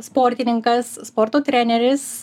sportininkas sporto treneris